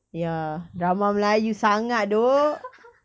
ya drama melayu sangat !aduh!